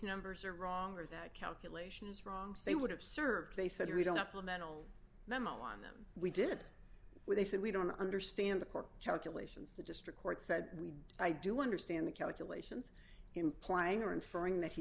numbers are wrong or that calculation is wrong they would have served they said read up on mental memo on them we did where they said we don't understand the court calculations the district court said we i do understand the calculations implying or inferring that he